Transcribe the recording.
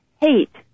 hate